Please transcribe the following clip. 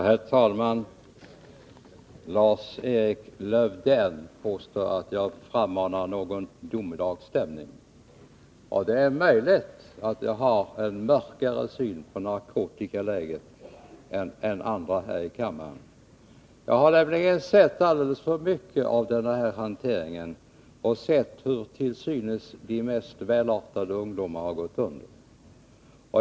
Herr talman! Lars-Erik Lövdén påstår att jag frammanar någon domedagsstämning. Det är möjligt att jag har en mörkare syn på narkotikaläget än andra här i kammaren. Jag har nämligen sett alldeles för mycket av den här hanteringen och sett hur de till synes mest välartade ungdomar har gått under.